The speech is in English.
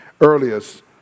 earliest